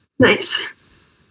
nice